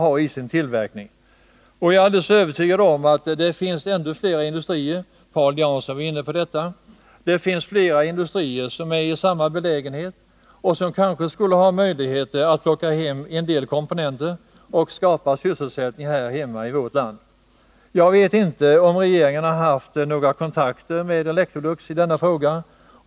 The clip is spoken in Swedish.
Jag är alldeles övertygad om att det finns fler industrier — Paul Jansson var inne på detta — som är i samma belägenhet och som kanske skulle ha möjligheter att plocka hem tillverkning av en del komponenter och skapa sysselsättning här hemma. Jag vet inte om regeringen har haft några kontakter med Electrolux i denna fråga.